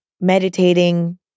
meditating